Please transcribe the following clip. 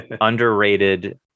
underrated